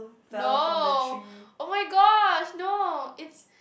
no oh-my-gosh no it's